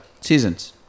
Seasons